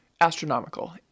astronomical